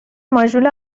ماژول